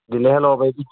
দিলেহে ল'ব পাৰিবি